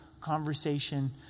conversation